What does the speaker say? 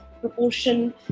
proportion